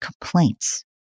complaints